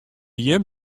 jim